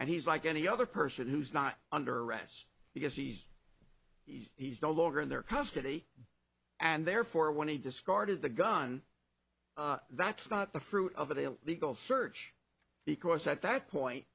and he's like any other person who's not under arrest because he's he's no longer in their custody and therefore when he discarded the gun that's not the fruit of a legal search because at that point